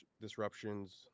disruptions